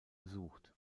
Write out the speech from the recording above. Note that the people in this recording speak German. gesucht